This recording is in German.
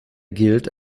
gilt